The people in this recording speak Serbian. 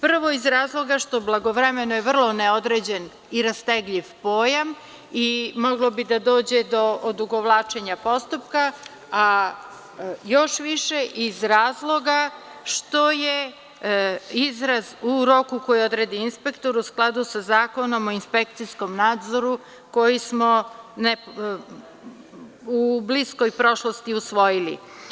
Prvo iz razloga što „blagovremeno“ je vrlo neodređen i rastegljiv pojam i moglo bi da dođe do odugovlačenja postupka, a još više iz razloga što je izraz „u roku koji odredi inspektor“ u skladu sa Zakonom o inspekcijskom nadzoru koji smo u bliskoj prošlosti usvojili.